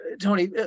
Tony